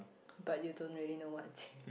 but you don't really know what's